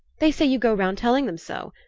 they say you go round telling them so.